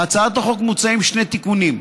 בהצעת החוק מוצעים שני תיקונים.